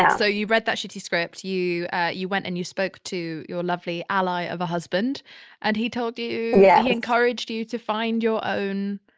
yeah so you read that shitty script. you you went and you spoke to your lovely ally of a husband and he told you, yeah he encouraged you you to find your own,